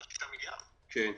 כן.